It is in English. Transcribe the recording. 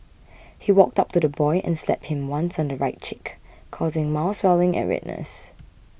he walked up to the boy and slapped him once on the right cheek causing mild swelling and redness